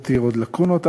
שלא תותיר עוד לקונות,